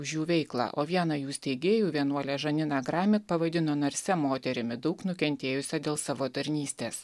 už jų veiklą o vieną jų steigėjų vienuolę žaniną grami pavadino narsia moterimi daug nukentėjusia dėl savo tarnystės